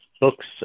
books